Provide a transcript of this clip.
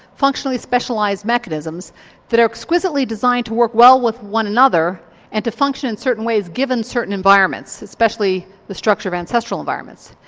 functionally specialised mechanisms that are exquisitely designed to work well with one another and to function in certain ways given certain environments, especially the structure of ancestral environments,